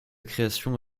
création